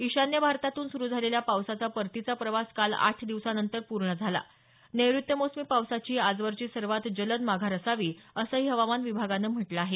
ईशान्य भारतातून सुरु झालेला पावसाचा परतीचा प्रवास काल आठ दिवसानंतर पूर्ण झाला नैऋत्य मोसमी पावसाची ही आजवरची सर्वात जलद माघार असावी असंही हवामान विभागानं म्हटलं आहे